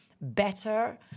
better